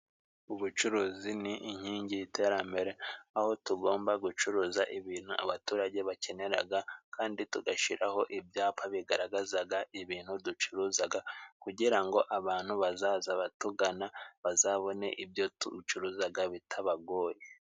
Ubucuruzi ni inkingi y'iterambere aho tugomba gucuruza ibintu abaturage bakeneraga kandi tugashyiraho ibyapa bigaragazaga ibintu ducuruzaga, kugira ngo abantu bazaza batugana bazabone ibyo tucuruzaga bitabagoye.